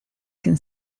can